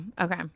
Okay